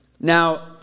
Now